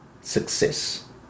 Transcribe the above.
success